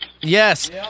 Yes